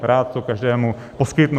Rád to každému poskytnu.